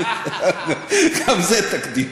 גם זה תקדים.